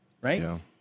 right